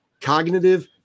cognitive